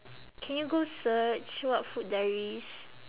can you go search what food there is